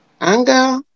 anger